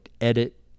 edit